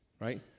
right